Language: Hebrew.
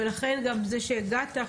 ולכן גם זה שהגעת,